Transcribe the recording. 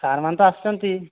sir ମାନେ ତ ଆସୁଛନ୍ତି